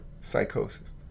psychosis